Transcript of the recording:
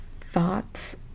thoughts